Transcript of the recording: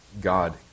God